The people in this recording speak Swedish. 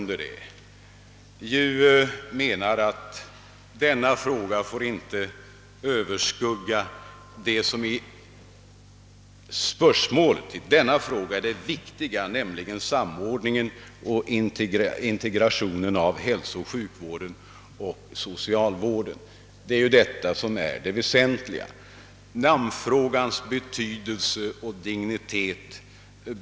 Därtill kommer att vissa delar av de nuvarande sjukvårdsoch medicinalbyråernas uppgifter kommer att avlastas och ge utrymme för ökade insatser på nu berörda områden. Herr talman! Jag har endast i korthet velat redogöra för en del av de huvudmotiv som förelegat för det förslag riksdagen nu har att behandla.